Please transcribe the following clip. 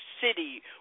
City